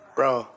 Bro